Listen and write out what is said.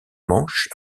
manche